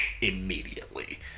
immediately